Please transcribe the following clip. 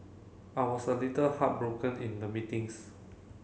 I was a little heartbroken in the meetings